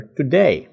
today